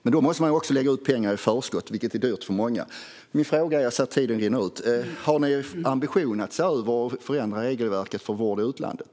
Men då måste man också lägga ut pengar i förskott, vilket är dyrt för många. Har ni någon ambition att se över och förändra regelverket för vård i utlandet?